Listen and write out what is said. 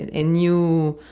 a new